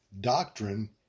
doctrine